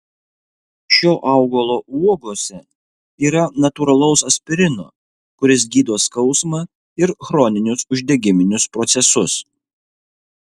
šio augalo uogose yra natūralaus aspirino kuris gydo skausmą ir chroninius uždegiminius procesus